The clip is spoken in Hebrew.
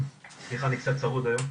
טוב,